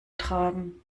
tragen